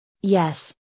Yes